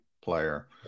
player